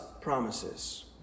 promises